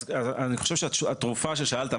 אז אני חושב שהתשובה לשאלה ששאלת,